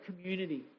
community